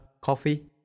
coffee